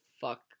fuck